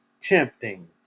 tempting